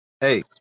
Hey